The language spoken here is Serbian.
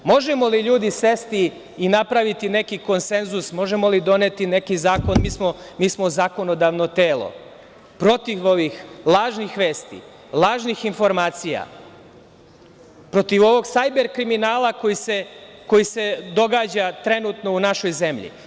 Možemo li ljudi sesti i napraviti neki konsenzus, možemo li doneti neki zakon, mi smo zakonodavno telo, protiv ovih lažnih vesti, lažnih informacija, protiv ovog sajber kriminala koji se događa trenutno u našoj zemlji.